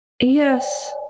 Yes